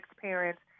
parents